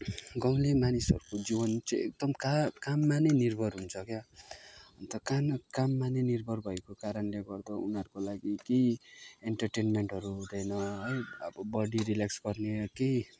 गाउँले मानिसहरूको जीवन चाहिँ एकदम का काममा नै निर्भर हुन्छ क्या अन्त काम काममा नै निर्भर भएको कारणले गर्दा उनीहरूको लागि केही एन्टरटेनमेन्टहरू हुँदैन है अब बोडी रिलेक्स गर्ने केही